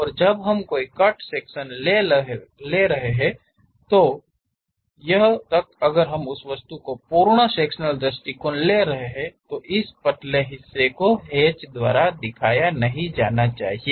और जब हम कोई कट सेक्शन ताल ले रहे हैं यहां तक कि अगर हम उस वस्तु का पूर्ण सेक्शनल दृष्टिकोण ले रहे हैं तो इस पतले हिस्से को हैच के द्वारा दिखाया नहीं जाना चाहिए